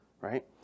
Right